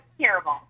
Terrible